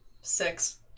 Six